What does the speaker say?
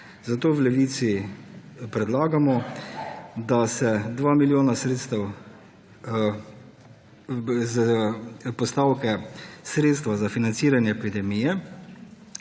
Zato v Levici predlagamo, da se 2 milijona sredstev s postavke Sredstva za financiranje epidemije